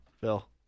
Phil